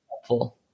helpful